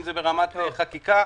אם זה ברמת חקיקה.